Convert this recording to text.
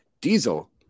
Diesel